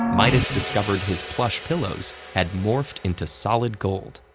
midas discovered his plush pillows had morphed into solid gold.